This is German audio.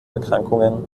erkrankungen